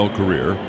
career